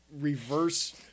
reverse